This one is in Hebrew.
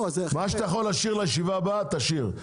שאתה יכול להשאיר לישיבה הבאה, תשאיר.